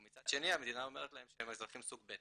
ומצד שני המדינה אומרת להם שהם אזרחים סוג ב'.